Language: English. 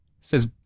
says